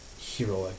heroic